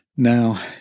Now